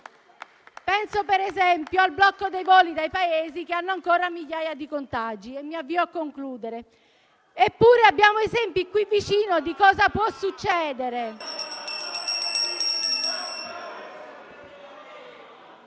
Penso, ad esempio, al blocco dei voli dai Paesi che hanno ancora migliaia di contagi. Eppure abbiamo esempi qui vicino di cosa può succedere.